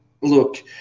look